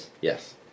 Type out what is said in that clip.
Yes